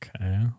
Okay